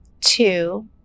two